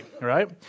right